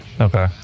Okay